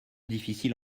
difficile